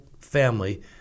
family